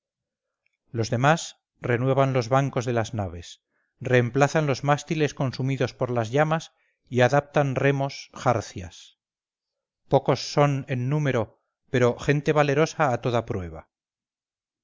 los demás renuevan los bancos de las naves reemplazan los mástiles consumidos por las llamas y adaptan remos jarcias pocos son en número pero gente valerosa a toda prueba